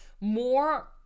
more